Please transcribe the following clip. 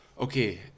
okay